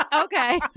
Okay